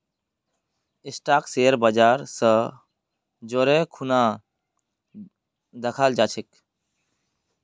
stock share बाजर स जोरे खूना दखाल जा छेक